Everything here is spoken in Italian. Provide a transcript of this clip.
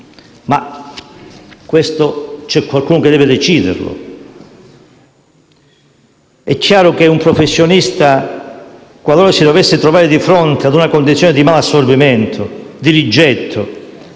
Ma c'è qualcuno che deve decidere questo. È chiaro che un professionista, qualora si dovesse trovare di fronte a una condizione di malassorbimento, di rigetto,